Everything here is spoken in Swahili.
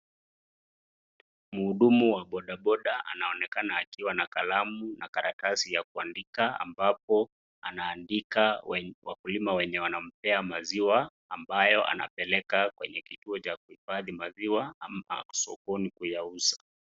Mhudumu wa bodaboda anaonekana akiwa na kalamu na karatasi ya kuandika, ambapo anaandika wakulima wenye wanampea maziwa ambayo anapeleka kwenye kituo cha kuhifadhi maziwa ama sokoni kuyauza.